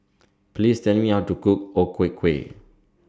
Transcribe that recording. Please Tell Me How to Cook O Ku Kueh